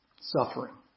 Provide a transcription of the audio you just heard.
suffering